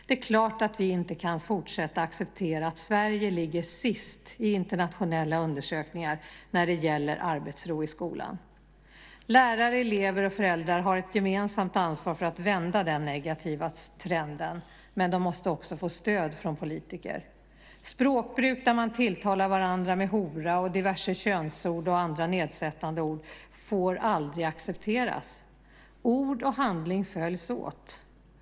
Det är klart att vi inte kan fortsätta att acceptera att Sverige ligger sist i internationella undersökningar när det gäller arbetsro i skolan. Lärare, elever och föräldrar har ett gemensamt ansvar för att vända den negativa trenden, men de måste också få stöd från politiker. Språkbruk där man tilltalar varandra med "hora" och diverse könsord eller andra nedsättande ord får aldrig accepteras. Ord och handling följs åt.